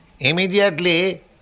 Immediately